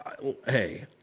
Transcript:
Hey